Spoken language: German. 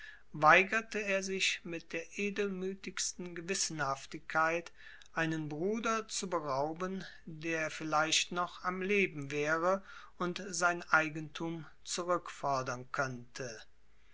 weigerte er sich mit der edelmütigsten gewissenhaftigkeit einen bruder zu berauben der vielleicht noch am leben wäre und sein eigentum zurückfordern könnte